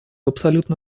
абсолютно